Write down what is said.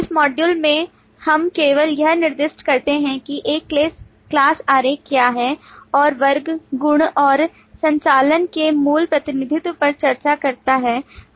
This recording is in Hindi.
इस मॉड्यूल में हम केवल यह निर्दिष्ट करते हैं कि एक class आरेख क्या है और वर्ग गुण और संचालन के मूल प्रतिनिधित्व पर चर्चा करता है